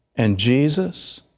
and jesus,